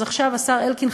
אז עכשיו השר אלקין,